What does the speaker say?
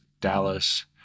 Dallas